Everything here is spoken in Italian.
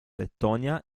lettonia